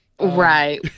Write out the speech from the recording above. Right